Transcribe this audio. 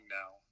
now